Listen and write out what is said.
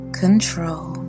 control